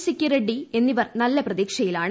സിക്കി റെഡ്സി എന്നിവർ നല്ല പ്രതീക്ഷയിലാണ്